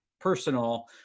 personal